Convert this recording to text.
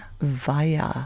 via